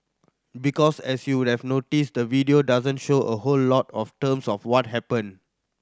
because as you would have noticed the video doesn't show a whole lot of terms of what happened